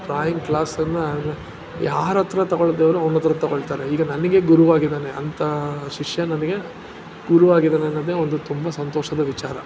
drawing ಕ್ಲಾಸನ್ನು ಯಾರತ್ತಿರ ತಗೊಳ್ಳದೇ ಹೋದರು ಅವನತ್ತಿರ ತಗೊಳ್ತಾರೆ ಈಗ ನನಗೆ ಗುರುವಾಗಿದ್ದಾನೆ ಅಂತಹ ಶಿಷ್ಯ ನನಗೆ ಗುರುವಾಗಿದ್ದಾನೆ ಅನ್ನೋದೆ ಒಂದು ತುಂಬ ಸಂತೋಷದ ವಿಚಾರ